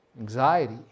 anxiety